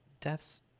deaths